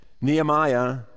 Nehemiah